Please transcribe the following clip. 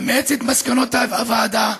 אמץ את מסקנות הוועדה,